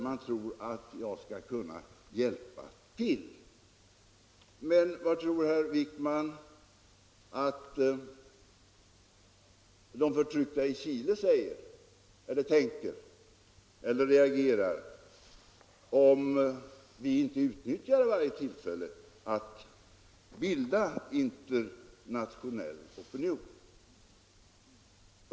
Men hur tror herr Wijkman att de förtryckta i Chile skulle reagera om vi inte utnyttjade varje tillfälle att bilda internationell opinion?